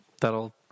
that'll